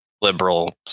liberal